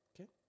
Okay